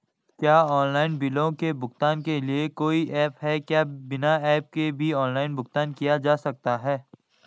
क्या ऑनलाइन बिलों के भुगतान के लिए कोई ऐप है क्या बिना ऐप के भी ऑनलाइन भुगतान किया जा सकता है?